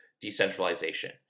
decentralization